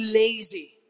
lazy